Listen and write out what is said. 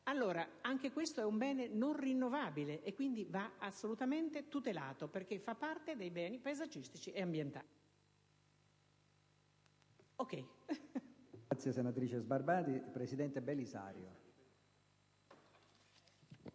Anche questo però è un bene non rinnovabile, che quindi va assolutamente tutelato, perché fa parte dei beni paesaggistici e ambientali.